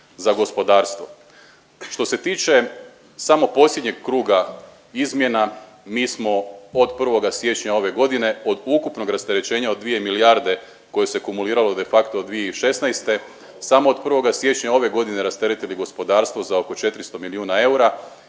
za gospodarstvo. Što se tiče samo posljednjeg kruga izmjena mi smo od 1. siječnja ove godine od ukupnog rasterećenja od 2 milijarde koje se kumulirano de facto od 2016. samo od 1. siječnja ove godine rasteretili gospodarstvo za oko 400 miliona eura